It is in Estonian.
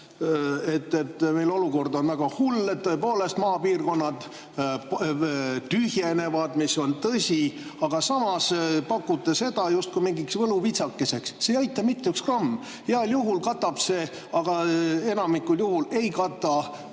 et olukord on väga hull, et tõepoolest maapiirkonnad tühjenevad, mis on tõsi, aga samas pakute seda justkui mingit võluvitsakest. See ei aita mitte üks gramm. Heal juhul katab see, aga enamikul juhul ei kata